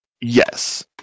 Yes